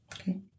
Okay